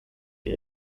die